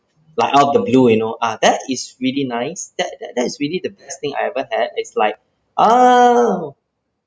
like out of the blue you know ah that is really nice that that that is really the best thing I ever had it's like oh